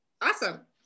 awesome